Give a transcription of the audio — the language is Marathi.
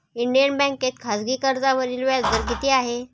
इंडियन बँकेत खाजगी कर्जावरील व्याजदर किती आहे?